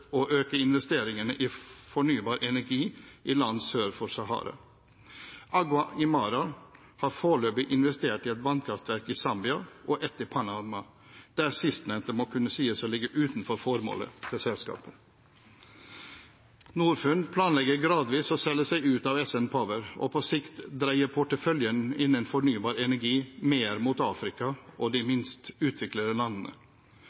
for Sahara. Agua Imara har foreløpig investert i ett vannkraftverk i Zambia og ett i Panama, der sistnevnte må kunne sies å ligge utenfor formålet til selskapet. Norfund planlegger gradvis å selge seg ut av SN Power og på sikt dreie porteføljen innen fornybar energi mer mot Afrika og de minst utviklede landene. Komiteen er likevel usikker på om Norfunds fremtidsstrategi vil bidra til større grad av investeringer i de fattigste landene